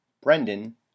brendan